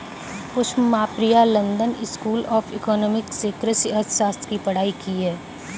Pushpam Priya London School of Economics से कृषि अर्थशास्त्र की पढ़ाई की है